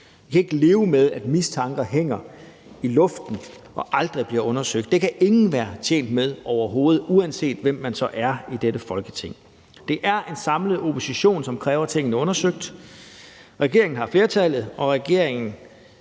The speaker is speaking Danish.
Vi kan ikke leve med, at mistanker hænger i luften og aldrig bliver undersøgt. Det kan ingen være tjent med overhovedet, uanset hvem man så er i dette Folketing. Det er en samlet opposition, som kræver tingene undersøgt. Regeringen har flertallet, og regeringen